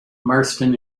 marston